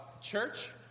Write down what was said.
Church